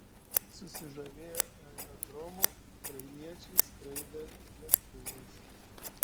susižavėję aerodromu ukrainiečiai skraidė lėktuvais